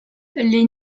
les